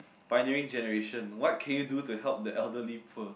pioneering generation what can you do to help the elderly people